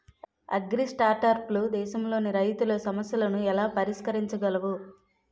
అగ్రిస్టార్టప్లు దేశంలోని రైతుల సమస్యలను ఎలా పరిష్కరించగలవు?